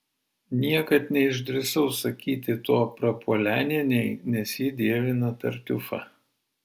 niekad neišdrįsau sakyti to prapuolenienei nes ji dievina tartiufą